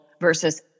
versus